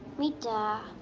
me da.